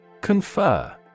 Confer